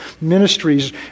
ministries